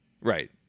Right